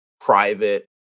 private